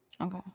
Okay